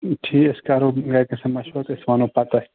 ٹھیٖک أسۍ کَرو گَرِکیٚن سٟتۍ مَشوَرٕ تہٕ أسۍ وَنہو پَتہٕ تۅہہِ